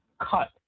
cut